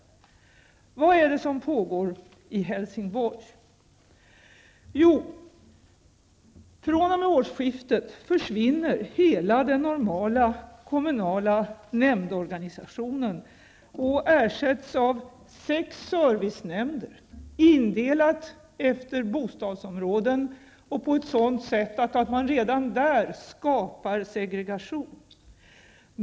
Vad är det som pågår i Helsingborg? Jo, fr.o.m. årsskiftet försvinner hela den normala kommunala nämndorganisationen och ersätts av sex servicenämnder, indelat efter bostadsområden och på ett sådant sätt att man redan där skapar segregation.